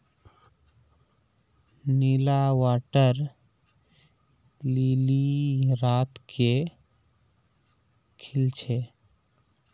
नीला water lily रात के खिल छे